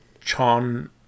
Chon